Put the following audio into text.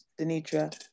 Denitra